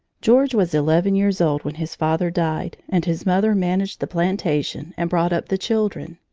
george was eleven years old when his father died, and his mother managed the plantation and brought up the children.